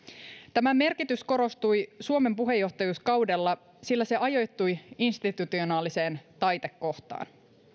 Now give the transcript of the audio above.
tämän merkitys korostui suomen puheenjohtajuuskaudella sillä se ajoittui institutionaaliseen taitekohtaan